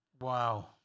Wow